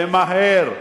ומהר.